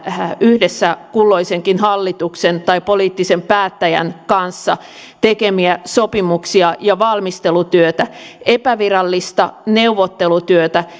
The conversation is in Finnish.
yhdessä kulloisenkin hallituksen tai poliittisen päättäjän kanssa tekemiä sopimuksia ja valmistelutyötä epävirallista neuvottelutyötä